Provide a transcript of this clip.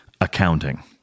accounting